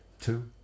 two